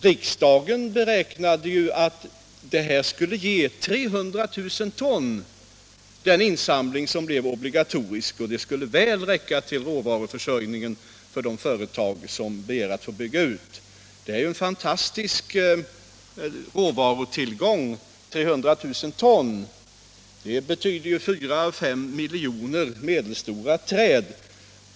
Riksdagen beräknade ju att den obligatoriska insamlingen skulle ge 300 000 ton, och det skulle väl räcka till råvaruförsörjningen för de företag som begär att få bygga ut. Det är en fantastisk råvarutillgång — 300 000 ton betyder 4 å 5 miljoner medelstora träd.